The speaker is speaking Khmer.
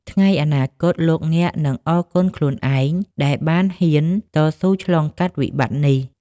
ថ្ងៃអនាគត លោកអ្នកនឹងអរគុណខ្លួនឯងដែលបានហ៊ានតស៊ូឆ្លងកាត់វិបត្តិនេះ។